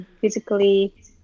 physically